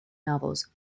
novels